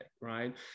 right